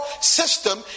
system